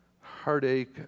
heartache